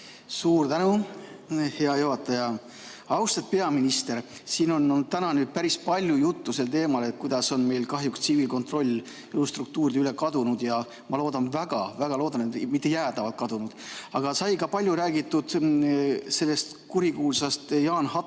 Suur tänu, hea juhataja! Austet peaminister! Siin on olnud täna päris palju juttu sel teemal, kuidas on meil kahjuks tsiviilkontroll jõustruktuuride üle kadunud. Ma loodan väga – väga loodan –, et mitte jäädavalt kadunud. Sai ka palju räägitud sellest kurikuulsast Jaan Hatto